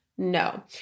No